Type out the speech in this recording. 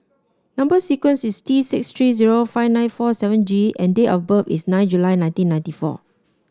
number sequence is T six three zero five nine four seven G and date of birth is nine July nineteen ninety four